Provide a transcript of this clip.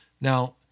Now